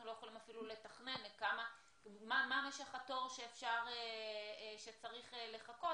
לא יכולים לתכנן מה משך התור שצריך לחכות.